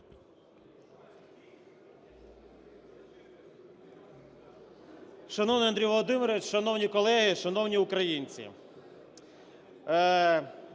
Шановний Андрій Володимирович, шановні колеги, шановні українці!